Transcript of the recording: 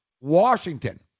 Washington